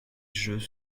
jeux